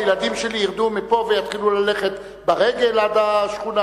הילדים שלי ירדו ויתחילו ללכת ברגל עד השכונה?